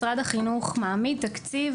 משרד החינוך מעמיד תקציב,